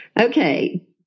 Okay